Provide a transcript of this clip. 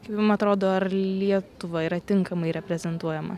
kaip jum atrodo ar lietuva yra tinkamai reprezentuojama